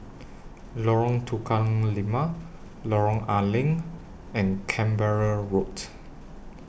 Lorong Tukang Lima Lorong A Leng and Canberra Road